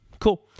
Cool